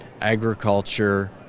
agriculture